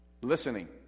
Listening